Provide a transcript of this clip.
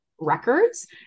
records